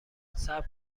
صبر